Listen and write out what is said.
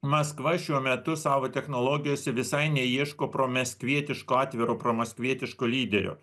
maskva šiuo metu savo technologijose visai ne ieško promaskvietiško atviro pro maskvietiško lyderio